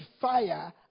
fire